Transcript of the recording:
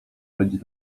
będzie